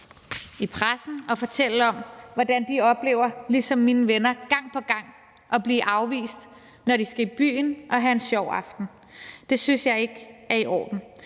i pressen og fortælle om, hvordan de ligesom mine venner gang på gang oplever at blive afvist, når de skal i byen og have en sjov aften. Det synes jeg ikke er i orden.